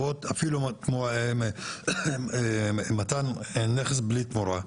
אפילו אם ניתן נכס בלי תמורה,